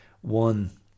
one